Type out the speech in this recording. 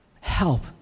help